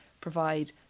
provide